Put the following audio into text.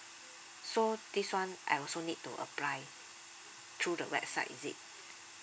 so this one I also need to apply through the website is it